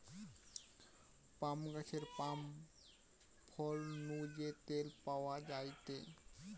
পাম গাছের পাম ফল নু যে তেল পাওয়া যায়টে